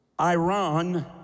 Iran